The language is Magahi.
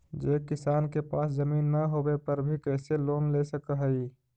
जे किसान के पास जमीन न होवे पर भी कैसे लोन ले सक हइ?